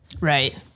Right